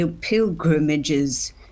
pilgrimages